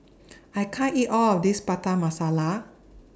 I can't eat All of This Butter Masala